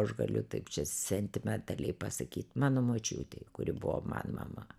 aš galiu taip čia sentimentaliai pasakyt mano močiutei kuri buvo man mama